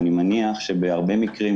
אני מניח שבהרבה מקרים,